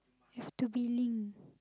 have to be linked